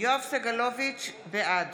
בעד